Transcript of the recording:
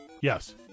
Yes